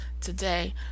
today